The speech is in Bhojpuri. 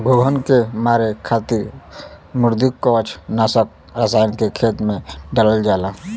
घोंघन के मारे खातिर मृदुकवच नाशक रसायन के खेत में डालल जाला